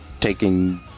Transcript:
taking